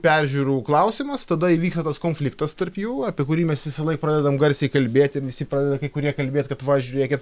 peržiūrų klausimas tada įvyksta tas konfliktas tarp jų apie kurį mes visąlaik pradedam garsiai kalbėti visi pradeda kai kurie kalbėt kad va žiūrėkit